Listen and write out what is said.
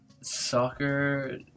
soccer